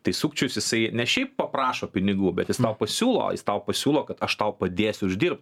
tai sukčius jisai ne šiaip paprašo pinigų bet jis tau pasiūlo jis tau pasiūlo kad aš tau padėsiu uždirbt